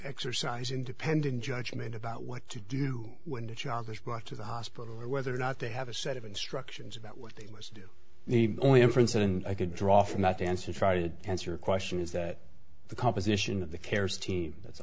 exercise independent judgment about what to do when the charges brought to the hospital or whether or not they have a set of instructions about what they must do the only inference and i can draw from that answer try to answer your question is that the composition of the carers team that's